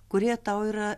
kurie tau yra